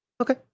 Okay